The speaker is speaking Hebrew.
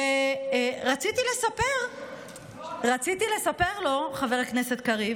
רציתי לספר לו, חבר הכנסת קריב,